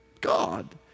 God